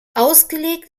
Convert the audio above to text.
ausgelegt